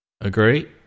Agree